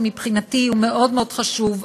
שמבחינתי הוא מאוד מאוד חשוב,